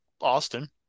Austin